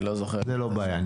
זה לא בעיה.